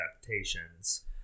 adaptations